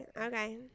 Okay